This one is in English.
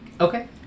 Okay